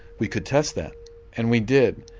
we could test that and we did.